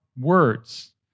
words